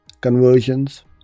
conversions